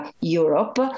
Europe